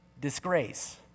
disgrace